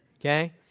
okay